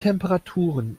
temperaturen